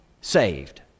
saved